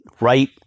right